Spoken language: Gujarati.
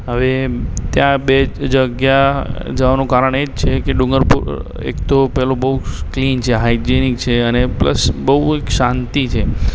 હવે ત્યાં બે જગ્યા જવાનું કારણ એ જ છે કે ડુંગરપુર એક તો પેહલું બહુ ક્લીન છે હાયીજેનીક છે અને પ્લસ બહુ એક શાંતિ છે